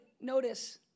notice